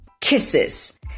kisses